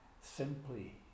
simply